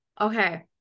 Okay